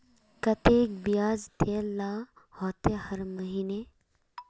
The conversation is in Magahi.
केते बियाज देल ला होते हर महीने?